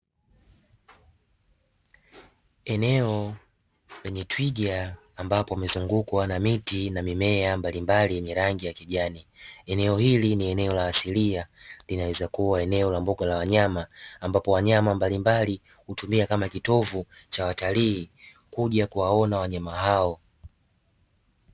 Eneo lenye twiga ambapo limezungukwa na miti na mimea mbalimbali yenye rangi ya kijani, eneo hili ni eneo la asilia linaweza kuwa eneo la mbuga za wanyama ,ambapo wanyama mbalimbali hutumika kama kitovu cha watalii kuja kuwaona wanyama hao.